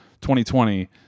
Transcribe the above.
2020